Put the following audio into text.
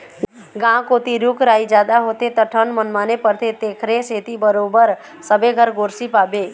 गाँव कोती रूख राई जादा होथे त ठंड मनमाने परथे तेखरे सेती बरोबर सबे घर गोरसी पाबे